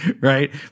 right